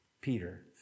Peter